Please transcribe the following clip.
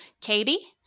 Katie